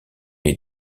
les